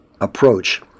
approach